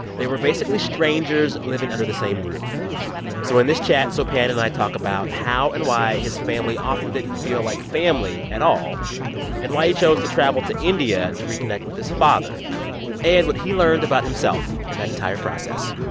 they were basically strangers living under the same roof so in this chat, sopan and i talk about how and why his family often didn't feel like family at all and why he chose to travel to india to reconnect with his father and what he learned about himself in that entire process.